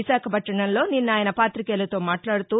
విశాఖపట్లణంలో నిన్న ఆయన పాతికేయులతో మాట్లాడుతూ